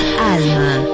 Alma